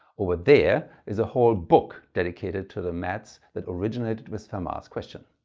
over there is a whole book dedicated to the mats that originated with fermat's question.